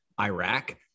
Iraq